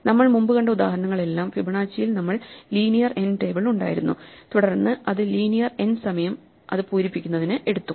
നമ്മൾ മുമ്പ് കണ്ട ഉദാഹരണങ്ങൾ എല്ലാം ഫിബനാച്ചിയിൽ നമ്മൾ ലീനിയർ n ടേബിൾ ഉണ്ടായിരുന്നു തുടർന്ന് അത് ലീനിയർ nസമയം അത് പൂരിപ്പിക്കുന്നതിന് എടുത്തു